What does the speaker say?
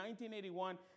1981